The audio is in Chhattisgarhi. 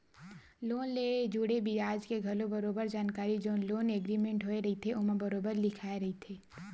लोन ले जुड़े बियाज के घलो बरोबर जानकारी जउन लोन एग्रीमेंट होय रहिथे ओमा बरोबर लिखाए रहिथे